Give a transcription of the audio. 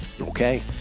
Okay